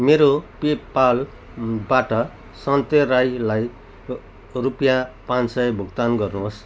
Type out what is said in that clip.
मेरो पेपालबाट सन्ते राईलाई रुपियाँ पाँच सय भुक्तान गर्नुहोस्